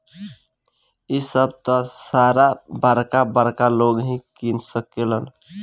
इ सभ त सारा बरका बरका लोग ही किन सकेलन